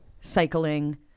cycling